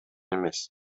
эмес